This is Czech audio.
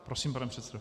Prosím, pane předsedo.